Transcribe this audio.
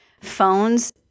phones